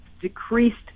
decreased